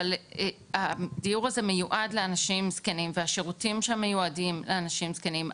אבל הדיור הזה מיועד לאנשים זקנים והשירותים שם מיועדים לאנשים זקנים,